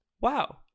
Wow